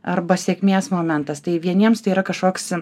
arba sėkmės momentas tai vieniems tai yra kažkoks